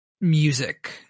music